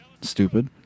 stupid